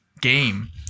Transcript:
Game